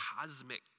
cosmic